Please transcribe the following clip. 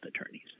attorneys